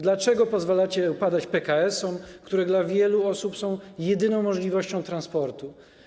Dlaczego pozwalacie upadać PKS-om, które dla wielu osób są jedyną możliwością transportu?